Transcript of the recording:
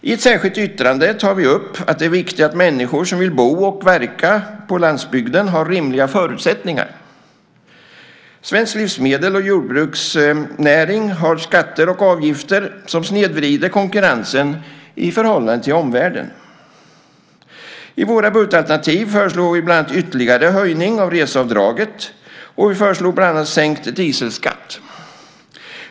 I ett särskilt yttrande tar vi upp att det är viktigt att människor som vill bo och verka på landsbygden har rimliga förutsättningar. Svensk livsmedels och jordbruksnäring har skatter och avgifter som snedvrider konkurrensen i förhållande till omvärlden. I våra budgetalternativ föreslog vi bland annat ytterligare höjning av reseavdraget och sänkt dieselskatt.